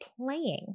playing